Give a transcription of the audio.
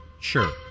Sure